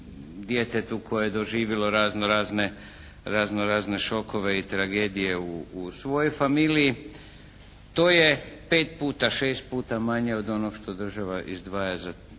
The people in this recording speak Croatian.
koje je doživjelo razno-razne šokove i tragedije u svojoj familiji. To je pet puta, šest puta manje od onoga što država izdvaja za